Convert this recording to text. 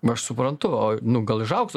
aš suprantu o nu gal iš aukso